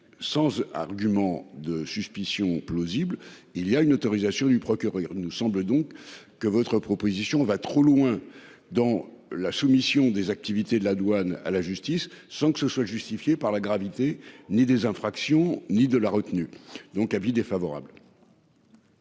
sans argument de suspicion plausible. Il y a une autorisation du procureur nous semble donc que votre proposition va trop loin dans la soumission des activités de la douane à la justice, sans que ce soit justifié par la gravité ni des infractions, ni de la retenue. Donc, avis défavorable.